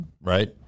right